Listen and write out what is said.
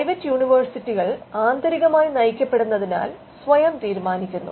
private യൂണിവേഴ്സിറ്റികൾ ആന്തരികമായി നയിക്കപ്പെടുന്നതിനാൽ സ്വയം തീരുമാനിക്കുന്നു